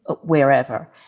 wherever